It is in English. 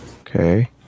okay